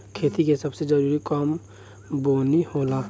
खेती के सबसे जरूरी काम बोअनी होला